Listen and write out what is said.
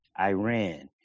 Iran